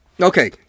okay